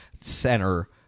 center